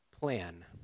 plan